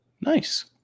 Nice